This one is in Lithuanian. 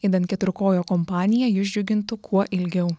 idant keturkojo kompanija jus džiugintų kuo ilgiau